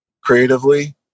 creatively